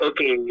Okay